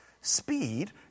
speed